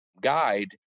guide